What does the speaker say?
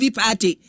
party